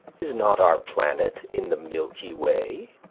is not our planet in the milky way?